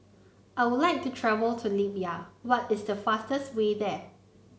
I would like to travel to Libya why is the fastest way there